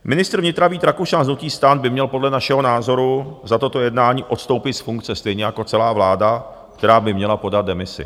Ministr vnitra Vít Rakušan z hnutí STAN by měl podle našeho názoru za toto jednání odstoupit z funkce, stejně jako celá vláda, která by měla podat demisi.